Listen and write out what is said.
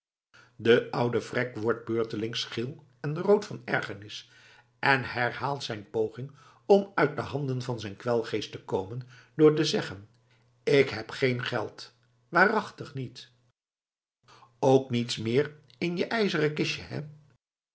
de oude vrek wordt beurtelings geel en rood van ergernis en herhaalt zijn poging om uit de handen van zijn kwelgeest te komen door te zeggen ik heb geen geld waarachtig niet ook niets meer in je ijzeren kistje hè